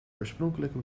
oorspronkelijke